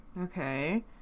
Okay